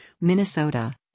Minnesota